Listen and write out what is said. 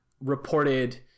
reported